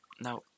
Now